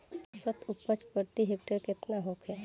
औसत उपज प्रति हेक्टेयर केतना होखे?